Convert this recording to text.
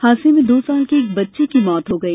हादसे में दो साल के एक बच्चे की भी मौत हो गई